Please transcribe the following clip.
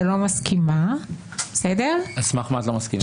ולא מסכימה --- על סמך מה את לא מסכימה?